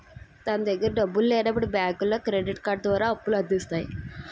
తన దగ్గర డబ్బులు లేనప్పుడు బ్యాంకులో క్రెడిట్ కార్డు ద్వారా అప్పుల అందిస్తాయి